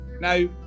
Now